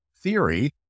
theory